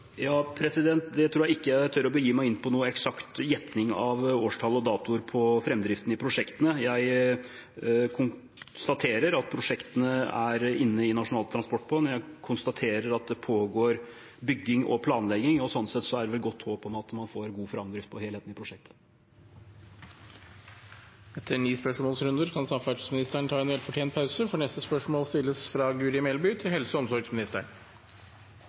tror ikke jeg tør å begi meg inn på noe eksakt gjetting av årstall og datoer for framdriften i prosjektene. Jeg konstaterer at prosjektene er inne i Nasjonal transportplan, jeg konstaterer at det pågår bygging og planlegging, og sånn sett er det vel godt håp om at man får god framdrift på helheten i prosjektet. Etter ni spørsmålsrunder kan samferdselsministeren ta en velfortjent pause, for neste spørsmål stilles fra Guri Melby til helse- og omsorgsministeren.